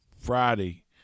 Friday